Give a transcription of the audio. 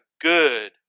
good